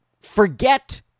Forget